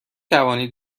توانید